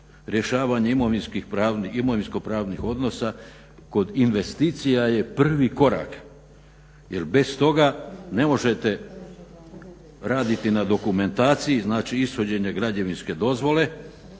rješavanja imovinskopravnih odnosa kod investicija je prvi korak jer bez toga ne možete raditi na dokumentaciji, znači ishođenje građevinske dozvole,